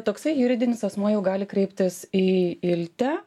toksai juridinis asmuo jau gali kreiptis į iltę